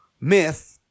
Myth